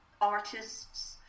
artists